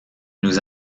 nous